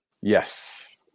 yes